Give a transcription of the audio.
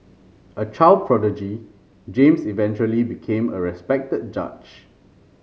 a child prodigy James eventually became a respected judge